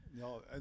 No